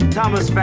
Thomas